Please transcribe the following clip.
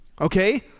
okay